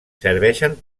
serveixen